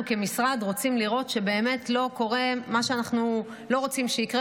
אנחנו כמשרד רוצים לראות שבאמת לא קורה מה שאנחנו לא רוצים שיקרה,